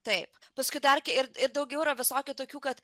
taip paskui dar ir ir daugiau visokių tokių kad